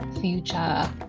future